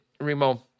Remo